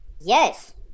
Yes